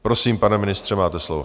Prosím, pane ministře, máte slovo.